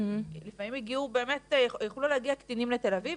לפעמים יכלו באמת להגיע קטינים לתל אביב,